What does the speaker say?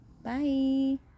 Bye